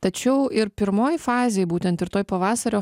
tačiau ir pirmoj fazėj būtent ir toj pavasario